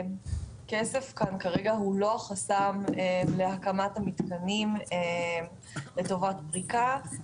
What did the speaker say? כסף הוא לא החסם להקמת המתקנים לטובת פריקה.